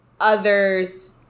others